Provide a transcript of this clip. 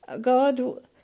God